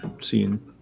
seeing